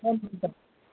हँ